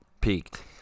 Peaked